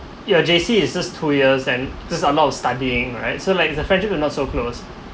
your J_C is just two years then just a lot of studying right so like is the friendship will not so close